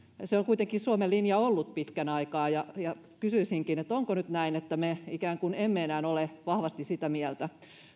se on kuitenkin suomen linja ollut pitkän aikaa ja ja kysyisinkin onko nyt näin että me ikään kuin emme enää ole vahvasti sitä mieltä